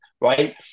Right